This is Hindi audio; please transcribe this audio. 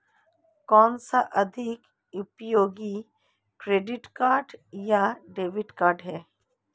कौनसा अधिक उपयोगी क्रेडिट कार्ड या डेबिट कार्ड है?